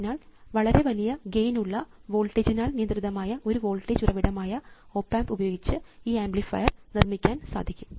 അതിനാൽ വളരെ വലിയ ഗെയിൻ ഉള്ള വോൾട്ടേജിനാൽ നിയന്ത്രിതമായ ഒരു വോൾട്ടേജ് ഉറവിടമായ ഓപ് ആമ്പ് ഉപയോഗിച്ച് ഈ ആംപ്ലിഫയർ നിർമ്മിക്കാൻ സാധിക്കും